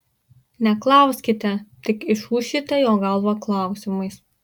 neklauskite tik išūšite jo galvą klausimais